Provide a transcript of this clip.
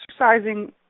exercising